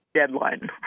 deadline